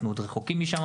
אנחנו עוד רחוקים משם,